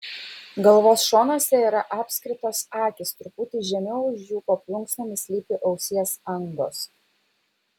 galvos šonuose yra apskritos akys truputį žemiau už jų po plunksnomis slypi ausies angos